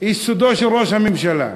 סודו של ראש הממשלה.